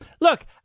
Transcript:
Look